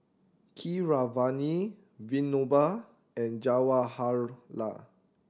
Keeravani Vinoba and Jawaharlal